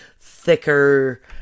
thicker